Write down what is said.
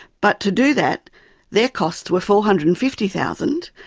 but to do that their costs were four hundred and fifty thousand